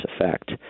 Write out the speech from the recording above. effect